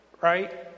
right